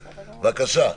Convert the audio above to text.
בבקשה.